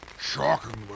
Shockingly